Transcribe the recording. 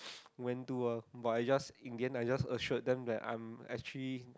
went to uh but I just in the end I just assured them that I'm actually